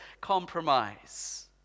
compromise